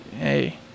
hey